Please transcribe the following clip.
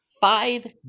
five